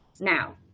Now